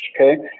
okay